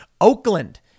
Oakland